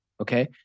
Okay